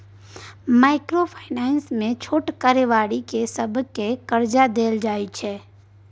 micro finance मे छोट कारोबारी सबकेँ करजा देल जाइ छै